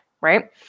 right